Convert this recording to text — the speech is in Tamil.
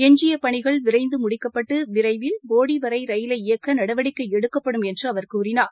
எஞ்சியப் பணிகள் விரைந்து முடிக்கப்பட்டு விரைவில் போடி வரை ரயிலை இயக்க நடவடிக்கை எடுக்கப்படும் என்று அவர் கூறினார்